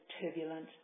turbulent